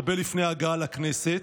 הרבה לפני ההגעה לכנסת,